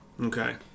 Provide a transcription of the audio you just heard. okay